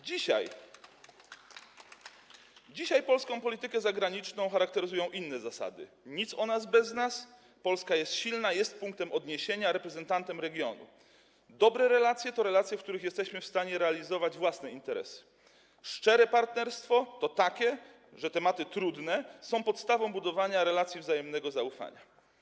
Dzisiaj polską politykę zagraniczną charakteryzują inne zasady - nic o nas bez nas, Polska jest silna, jest punktem odniesienia, reprezentantem regionu, dobre relacje to relacje, w ramach których jesteśmy w stanie realizować własne interesy, szczere partnerstwo to takie, że tematy trudne są podstawą budowania relacji, wzajemnego zaufania.